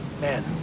man